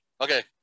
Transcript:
okay